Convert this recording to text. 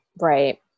Right